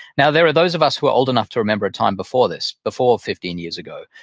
now, there are those of us who are old enough to remember a time before this, before fifteen years ago,